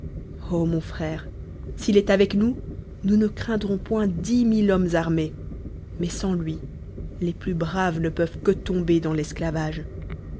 mon frère s'il est avec nous nous ne craindrons point dix mille hommes arinds mais sans lui les plus braves ne peuvent que tomber dans l'esclavage